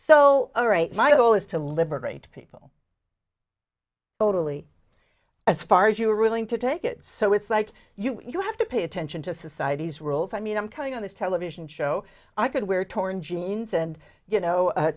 so all right my goal is to liberate people totally as far as you're willing to take it so it's like you have to pay attention to society's rules i mean i'm coming on this television show i could wear torn jeans and you know